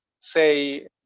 say